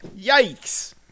Yikes